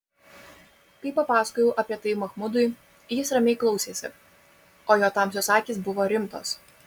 kai papasakojau apie tai machmudui jis ramiai klausėsi o jo tamsios akys buvo rimtos